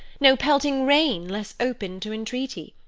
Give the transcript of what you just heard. no pelting rain less open to entreaty.